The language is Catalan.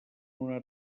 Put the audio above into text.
una